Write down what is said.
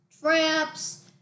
traps